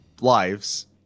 lives